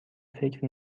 فکر